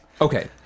Okay